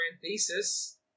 thesis